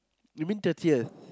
you mean thirtieth